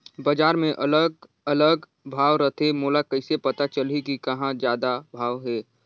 बजार मे अलग अलग भाव रथे, मोला कइसे पता चलही कि कहां जादा भाव हे?